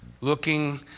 looking